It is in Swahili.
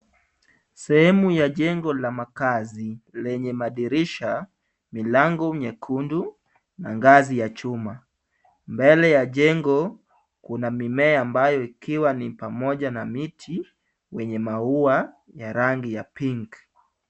Sehemu ya jengo la makaazi lenye madirisha, milango miekundu na ngazi ya chuma. Mbele ya jengo kuna mimea ambayo ikiwa ni pamoja na miti yenye maua ya rangi ya pinki .